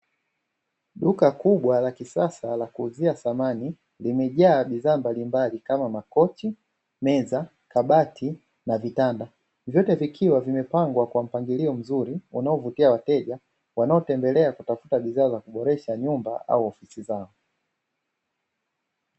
Duka kubwa la kisasa la kuuzia samani, limejaa bidhaa mbalimbali kama; makochi, meza, kabati na vitanda. Vyote vikiwa vimepangwa kwa mpangilio mzuri unaovutia wateja, wanaotembelea wakitafuta bidhaa za kuboresha nyumba au ofisi zao.